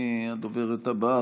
הדוברת הבאה,